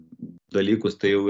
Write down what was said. dalykus tai jau